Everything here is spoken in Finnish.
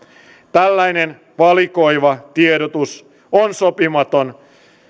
tällainen valikoiva tiedotus on sopimaton